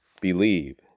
Believe